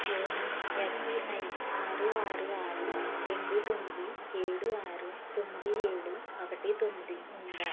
YONO SBI ఆరు ఆరు ఆరు రెండు తొమ్మిది ఏడు ఆరు తొమ్మిది ఏడు ఒకటి తొమ్మిది ఉందా